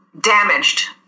damaged